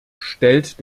stellt